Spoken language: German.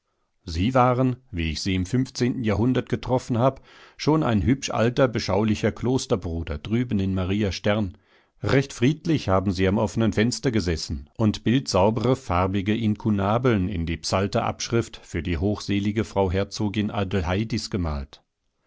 sie waren wie ich sie im fünfzehnten jahrhundert getroffen hab schon ein hübsch alter beschaulicher klosterbruder drüben in maria stern recht friedlich haben sie am offenen fenster gesessen und bildsaubere farbige inkunabeln in die psalter abschrift für die hochselige frau herzogin adelheidis gemalt